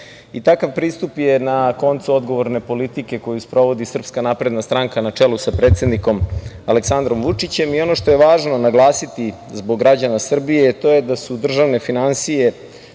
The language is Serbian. Takav pristup je na koncu odgovorne politike koju sprovodi SNS na čelu sa predsednikom Aleksandrom Vučićem i ono što je važno naglasiti, zbog građana Srbije, to je da su državne finansije